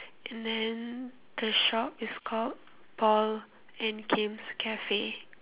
and then the shop is called Paul and Kim's cafe